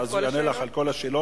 ואז הוא יענה לך על כל השאלות,